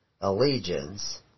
allegiance